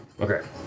Okay